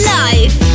life